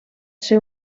ser